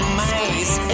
mice